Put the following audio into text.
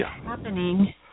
happening